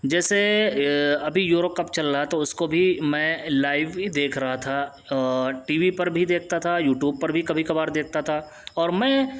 جیسے ابھی euro cup چل رہا ہے تو اس کو بھی میں لائیو ہی دیکھ رہا تھا ٹی وی پر بھی دیکھتا تھا یوٹوب پر بھی کبھی کبھار دیکھتا تھا اور میں